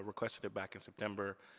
ah requested back in september.